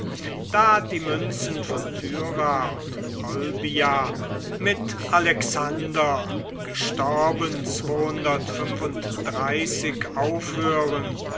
da die münzen von tyra und olbia mit alexander auf